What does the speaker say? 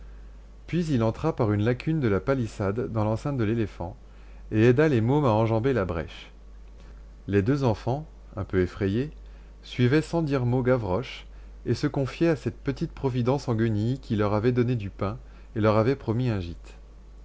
puis il entra par une lacune de la palissade dans l'enceinte de l'éléphant et aida les mômes à enjamber la brèche les deux enfants un peu effrayés suivaient sans dire mot gavroche et se confiaient à cette petite providence en guenilles qui leur avait donné du pain et leur avait promis un gîte